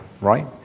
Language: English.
right